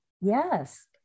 Yes